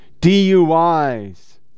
DUIs